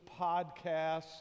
podcasts